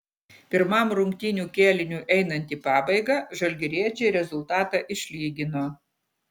pirmam rungtynių kėliniui einant į pabaigą žalgiriečiai rezultatą išlygino